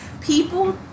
people